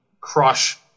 crush